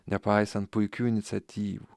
nepaisant puikių iniciatyvų